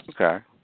Okay